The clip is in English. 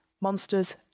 monsters